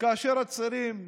כאשר הצעירים